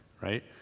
right